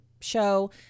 show